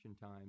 time